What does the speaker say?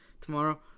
tomorrow